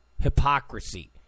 Hypocrisy